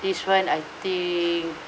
this one I think